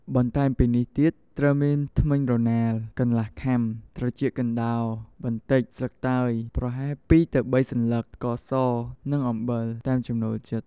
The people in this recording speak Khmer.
បន្ថែមពីនេះទៀត ត្រូវមានធ្មេញរណា កន្លះខាំ, ត្រចៀកកណ្ដុរ បន្តិច, ស្លឹកតើយ ប្រហែល ២ ទៅ ៣ សន្លឹក, ស្ករស និង អំបិល តាមចំណូលចិត្ត។